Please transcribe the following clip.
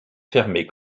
fermée